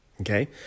okay